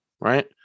Right